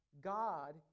God